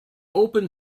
open